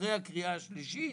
אחרי הקריאה השלישית,